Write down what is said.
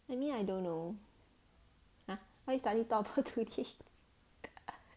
I mean I don't know !huh! why you suddenly talk about today